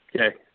Okay